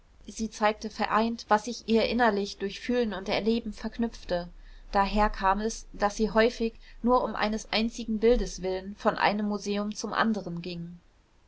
sie zeigte vereint was sich ihr innerlich durch fühlen und erleben verknüpfte daher kam es daß sie häufig nur um eines einzigen bildes willen von einem museum zum anderen gingen